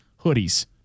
hoodies